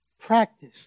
practice